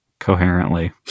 coherently